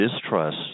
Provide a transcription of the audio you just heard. distrust